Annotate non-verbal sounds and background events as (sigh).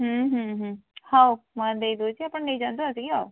ହଉ ମୁଁ (unintelligible) ଦେଇଦେଉଛି ଆପଣ ନେଇଯାଆନ୍ତୁ ଆସିକି ଆଉ